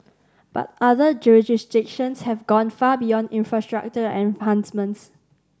but other jurisdictions have gone far beyond infrastructure enhancements